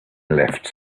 left